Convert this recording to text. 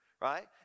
right